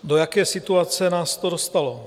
Do jaké situace nás to dostalo?